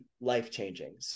life-changing